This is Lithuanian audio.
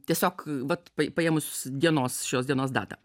tiesiog vat pa paėmus dienos šios dienos datą